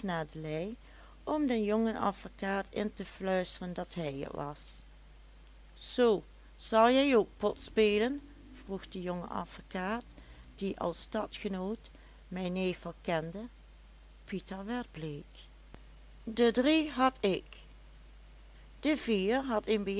om den jongen advocaat in te fluisteren dat hij het was zoo zal jij ook pot spelen vroeg de jonge advocaat die als stadgenoot mijn neef wel kende pieter werd bleek de drie had ik de vier had een